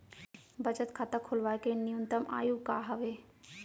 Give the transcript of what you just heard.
बचत खाता खोलवाय के न्यूनतम आयु का हवे?